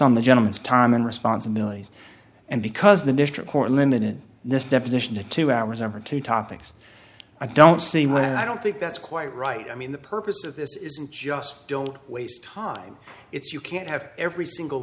on the gentleman's time and responsibilities and because the district court limited this deposition to two hours over two topics i don't see when i don't think that's quite right i mean the purpose of this isn't just don't waste time it's you can't have every single